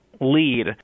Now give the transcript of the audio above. lead